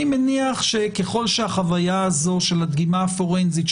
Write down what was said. אני מניח שככל שהחוויה הזו של הדגימה הפורנזית,